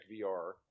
VR